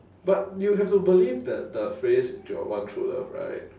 but you have to believe that the phrase your one true love right